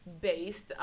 based